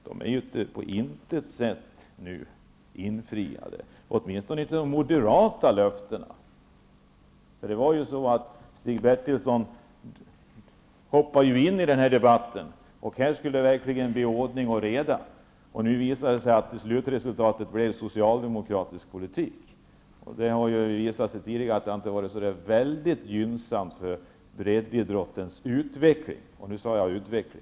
De är ju på intet sätt infriade nu. Åtminstone inte de moderata löftena. Stig Bertilsson hoppade ju in i den här debatten och sade att här skulle det verkligen bli ordning och reda. Nu visade det sig att slutresultatet blev socialdemokratisk politik. Det har ju visat sig tidigare att det inte är så gynnsamt för breddidrottens utveckling -- nu sade jag utveckling.